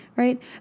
Right